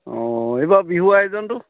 অঁ এইবাৰ বিহু আয়োজনটো